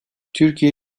türkiye